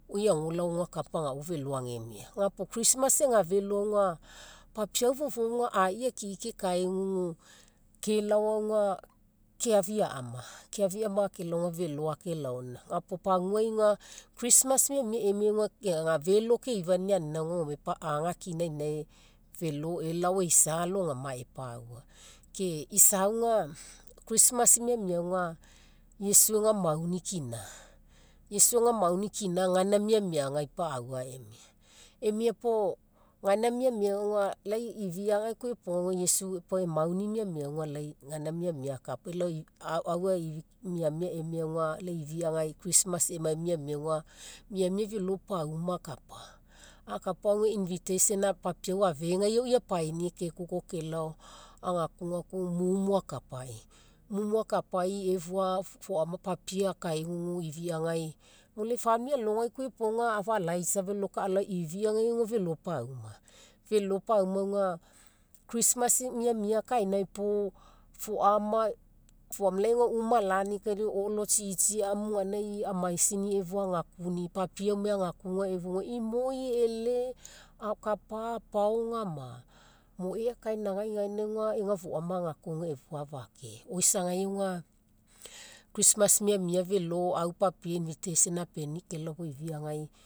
Oi ago lao aga kapa agao agemia. Ga puo christmas ega felo aga papiau fofouga a'ii akii kekaigugu kelao aga keafiama. Keafiama kelao felo ake laoaina, ga puo paguai aga christmas miamia emia aga ega felo keifania anina puo aga akina inae elao felo eisa alogama epaua. Ke isa aga christmas miamia aga, iesu ega mauni kina. Iesu ega mauni kina gaina miamia ipaua emia. Emia puo, gaina miamia aga lai ifiagai koa iopoga iesu pau emauni miamia gaina miamia lai akapa elao aufa miamia emia aga lai ifiagai christmas emai miamia aga miamia felo pauma akapa. Akapa aga invitation papiau afegai aui kekoko kelao agakugaku mumu akapaii. Mumu akapaii efua foama papie akaigugu ifiagai. Mo lai famili alogai koa iopoga afa alaisa felo kai alao ifiagai aga felo pauma. Felo pauma aga christmas miamia kainai puo foama, lai aga uma alanii kai lai o'olo tsitsi amu gaina amaisini efua agakunii. Papie amai agakuga efua, imoi e'ele kapa apaoga ma mo e'a kainagai ega foama agakuga efua afake or isagai aga christmas miamia felo au papie invitation apenii kelao gae ifiagai